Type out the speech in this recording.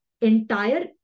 entire